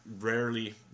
rarely